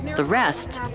the rest,